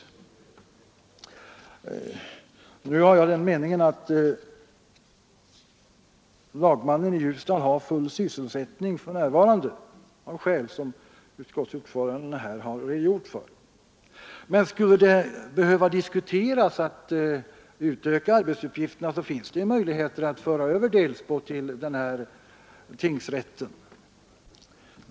Jag har den meningen att lagmannen i Ljusdal för närvarande har full sysselsättning, av skäl som utskottets ordförande här redogjort för, men skulle det behöva diskuteras en utökning av arbetsuppgifterna, så finns det möjlighet att föra över Delsbo till tingsrätten i Ljusdal.